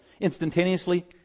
instantaneously